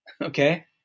Okay